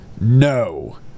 no